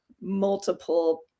multiple